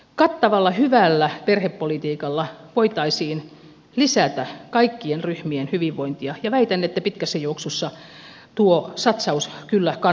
kattavalla hyvällä perhepolitiikalla voitaisiin lisätä kaikkien ryhmien hyvinvointia ja väitän että pitkässä juoksussa tuo satsaus kyllä kannattaisi